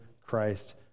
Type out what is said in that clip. Christ